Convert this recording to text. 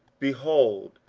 behold,